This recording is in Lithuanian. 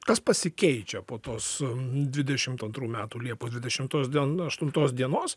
kas pasikeičia po to su dvidešimt antrų metų liepos dvidešimtos dien aštuntos dienos